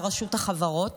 על רשות החברות,